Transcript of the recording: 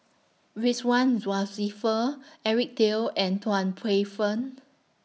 Ridzwan Dzafir Eric Teo and Tan Paey Fern